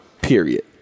Period